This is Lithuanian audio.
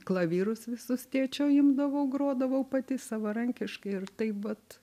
klavyrus visus tėčio imdavau grodavau pati savarankiškai ir taip vat